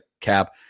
cap